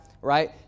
right